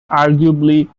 arguably